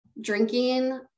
drinking